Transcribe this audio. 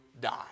die